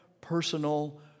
personal